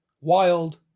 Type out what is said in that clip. wild